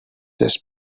this